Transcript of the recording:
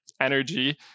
energy